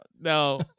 no